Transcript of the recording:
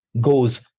goes